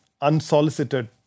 unsolicited